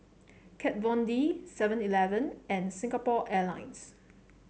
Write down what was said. Kat Von D Seven Eleven and Singapore Airlines